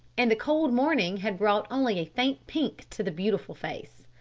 and the cold morning had brought only a faint pink to the beautiful face.